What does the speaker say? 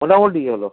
মোটামুটি হলো